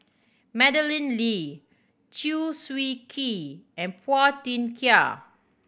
Madeleine Lee Chew Swee Kee and Phua Thin Kiay